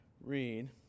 read